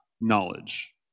knowledge